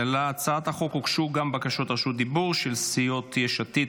להצעת החוק הוגשו גם בקשות רשות דיבור של סיעות יש עתיד,